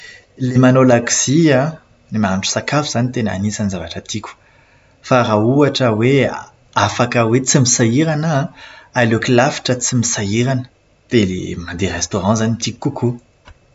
Ilay manao lakozia, ny mahandro sakafo izany anisan'ny tena zavatra tiako. Fa raha ohatra hoe afaka hoe tsy misahirana aho an, aleoko lavitra tsy misahirana. Dia mandeha "restaurant" izany no tiako kokoa.